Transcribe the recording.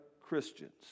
Christians